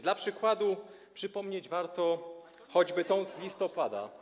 Dla przykładu przypomnieć warto choćby tę z listopada.